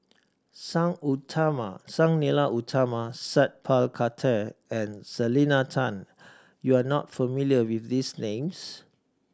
Sang Utama Sang Nila Utama Sat Pal Khattar and Selena Tan you are not familiar with these names